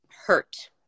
hurt